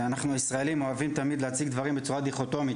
אנחנו הישראלים אוהבים להציג דברים בצורה דיכוטומית,